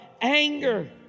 anger